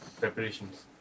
preparations